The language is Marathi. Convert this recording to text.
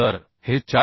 तर हे 426